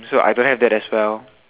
so I don't have that as well